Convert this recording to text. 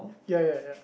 ya ya ya